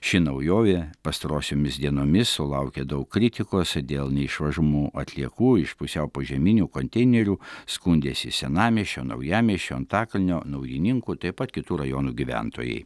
ši naujovė pastarosiomis dienomis sulaukė daug kritikos dėl neišvežamų atliekų iš pusiau požeminių konteinerių skundėsi senamiesčio naujamiesčio antakalnio naujininkų taip pat kitų rajonų gyventojai